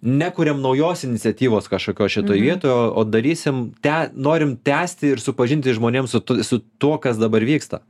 nekuriam naujos iniciatyvos kažkokios šitoj vietoj o darysim te norim tęsti ir supažinti žmonėm su t su tuo kas dabar vyksta